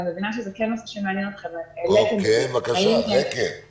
אני מבינה שזה כן מעניין אתכם, העליתם את